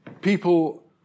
people